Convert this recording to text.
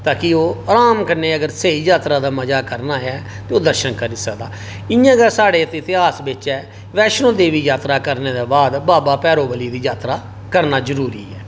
ताकि ओह् आराम कन्नै अगर स्हेई यात्रा दा मजा करना ते ओह् दर्शन करी सकदा ऐ इ'यां गै साढ़े इतिहास बिच ऐ वैष्णो देवी यात्रा करने दे बाद बाबा भेरो दी यात्रा करना बड़ा जरुरी ऐ